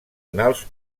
anals